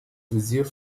visier